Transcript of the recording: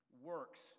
works